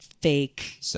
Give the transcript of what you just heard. fake